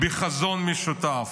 בחזון משותף.